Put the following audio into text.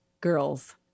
girls